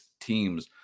teams